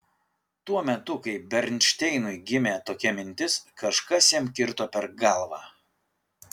tuo metu kai bernšteinui gimė tokia mintis kažkas jam kirto per galvą